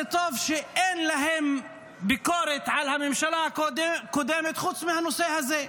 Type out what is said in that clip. זה טוב שאין להם ביקורת על הממשלה הקודמת חוץ מהנושא הזה.